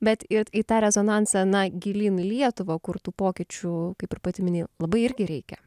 bet ir į tą rezonansą na gilyn į lietuvą kur tų pokyčių kaip ir pati mini labai irgi reikia